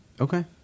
Okay